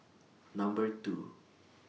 Number two